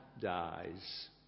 dies